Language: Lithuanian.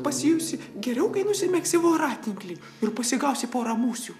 pasijusi geriau kai nusimegsi voratinklį ir pasigausi porą musių